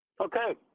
Okay